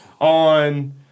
on